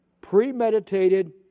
premeditated